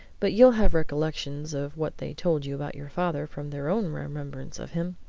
but you'll have recollections of what they told you about your father from their own remembrance of him?